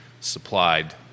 supplied